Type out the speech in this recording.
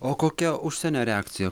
o kokia užsienio reakcija